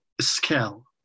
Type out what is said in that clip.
scale